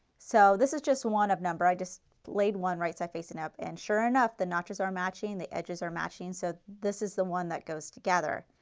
so this is just one of number, i just laid one right side facing up and sure enough the notches are matching, the edges are matching. so this is the one that goes together.